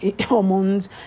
hormones